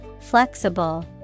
Flexible